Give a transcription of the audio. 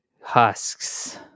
Husks